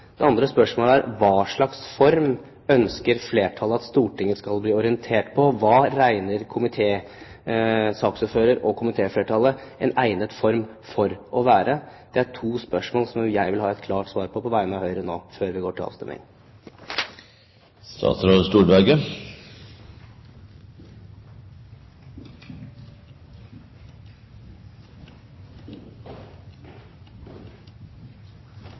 Det andre spørsmålet er: I hva slags form ønsker flertallet at Stortinget skal bli orientert? Hva regner saksordføreren og komitéflertallet en «egnet form» for å være? Det er to spørsmål som jeg nå vil ha et klart svar på på vegne av Høyre før vi går til